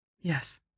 Yes